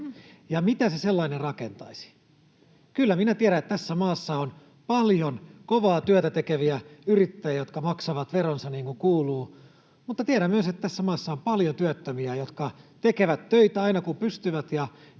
Ja mitä se sellainen rakentaisi? Kyllä minä tiedän, että tässä maassa on paljon kovaa työtä tekeviä yrittäjiä, jotka maksavat veronsa, niin kuin kuuluu, mutta tiedän myös, että tässä maassa on paljon työttömiä, jotka tekevät töitä aina, kun pystyvät, ja